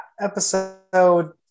episode